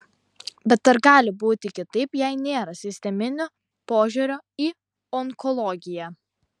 bet ar gali būti kitaip jei nėra sisteminio požiūrio į onkologiją